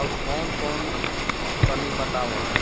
आउरकौन कौन तनि बतावा?